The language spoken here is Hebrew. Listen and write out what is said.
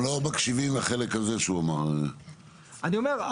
אני אומר,